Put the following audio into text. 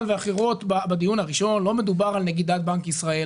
ואחרות בדיון הראשון על נגידת בנק ישראל.